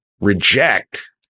reject